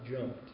jumped